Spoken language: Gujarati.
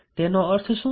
તેનો અર્થ શું છે